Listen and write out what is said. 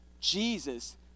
Jesus